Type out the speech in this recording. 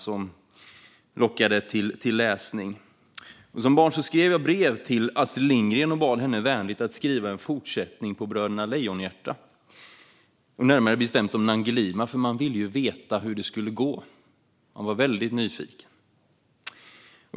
De lockade till läsning. Som barn skrev jag brev till Astrid Lindgren och bad henne vänligt att skriva en fortsättning på Bröderna Lejonhjärta, närmare bestämt om Nangilima. Man ville ju veta hur det skulle gå. Jag var väldigt nyfiken.